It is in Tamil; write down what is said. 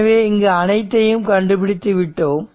எனவே இங்கு அனைத்தையும் கண்டுபிடித்து விட்டோம்